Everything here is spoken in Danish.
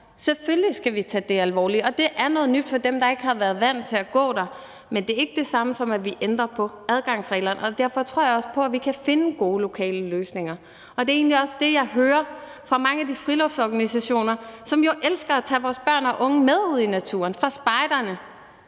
selvfølgelig skal vi tage det alvorligt. Det er noget nyt for dem, der ikke har været vant til at gå der. Men det er ikke det samme, som at vi ændrer på adgangsreglerne, og derfor tror jeg også på, at vi kan finde gode lokale løsninger. Det er egentlig også det, jeg hører fra mange af de friluftsorganisationer, som jo elsker at tage vores børn og unge med ud i naturen – fra spejderne,